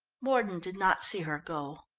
mordon did not see her go.